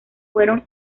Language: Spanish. fueron